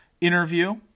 interview